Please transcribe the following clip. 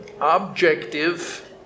objective